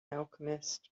alchemist